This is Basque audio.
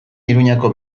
iruñeko